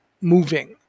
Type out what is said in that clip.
moving